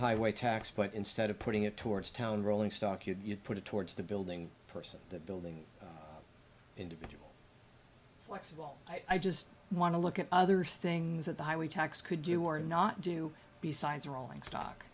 highway tax but instead of putting it towards town rolling stock you put it towards the building person that building individual flexible i just want to look at other things that the highway tax could do or not do besides rolling stock